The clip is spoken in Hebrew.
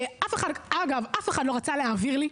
שאף אחד לא רצה להעביר לי.